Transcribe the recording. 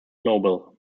noble